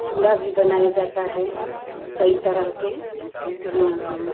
जूड़ा भी बनाया जाता है कई तरह के हाँ हाँ